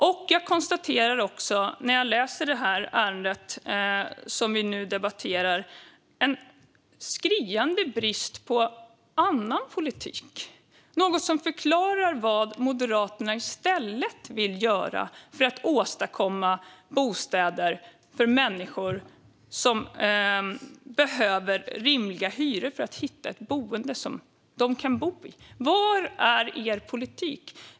När jag läser betänkandet konstaterar jag också att det råder en skriande brist på annan politik, alltså något som förklarar vad Moderaterna vill göra i stället för att åstadkomma bostäder med rimliga hyror. Var är er politik? Herr talman!